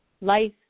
life